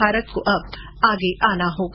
भारत को अब आगे आना होगा